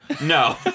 No